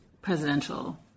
presidential